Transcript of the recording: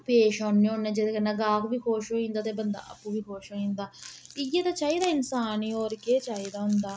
पेश औन्ने होन्ने जेह्दे कन्नै ग्राहक बी खुश होंदा ते बंदा आपूं बी खुश होई जंदा इ'यै ते चाहिदा इंसान गी होर केह् चाहिदा होंदा